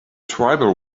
tribal